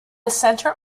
center